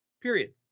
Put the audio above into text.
period